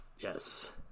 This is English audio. Yes